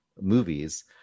movies